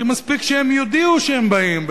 כי מספיק שהם יודיעו שהם באים,